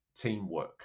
teamwork